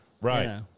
Right